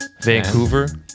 vancouver